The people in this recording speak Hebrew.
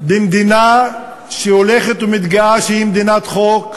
במדינה שהולכת ומתגאה שהיא מדינת חוק,